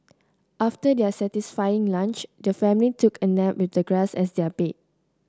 after their satisfying lunch the family took a nap with the grass as their bed